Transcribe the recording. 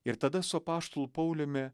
ir tada su apaštalu pauliumi